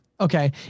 Okay